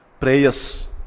prayers